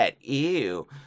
ew